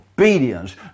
obedience